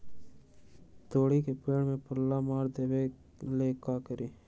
तोड़ी के पेड़ में पल्ला मार देबे ले का करी?